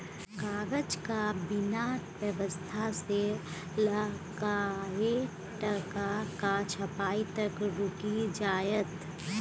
कागजक बिना अर्थव्यवस्था सँ लकए टकाक छपाई तक रुकि जाएत